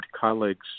colleagues